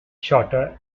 shorter